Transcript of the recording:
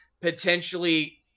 potentially